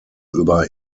über